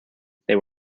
they